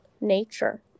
nature